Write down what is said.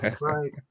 right